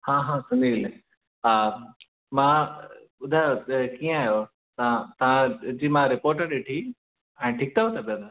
हा हा सुनील हा मां ॿुधायो ॿुधायो कीअं अहियो तव्हां तव्हां जी मां रिपोर्ट ॾिठी हाणे ठीकु अथव तबियत